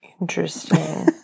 Interesting